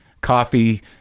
coffee